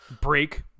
Break